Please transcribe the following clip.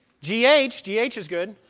g, h g, h is good.